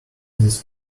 these